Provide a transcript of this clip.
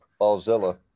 Ballzilla